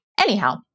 anyhow